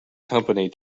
company